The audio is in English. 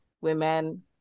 women